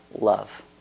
love